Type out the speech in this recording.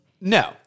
No